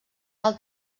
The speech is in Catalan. del